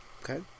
Okay